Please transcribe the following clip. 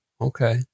okay